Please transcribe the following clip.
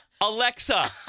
Alexa